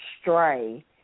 stray